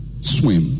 swim